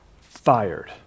fired